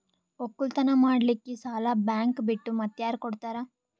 ಒಕ್ಕಲತನ ಮಾಡಲಿಕ್ಕಿ ಸಾಲಾ ಬ್ಯಾಂಕ ಬಿಟ್ಟ ಮಾತ್ಯಾರ ಕೊಡತಾರ?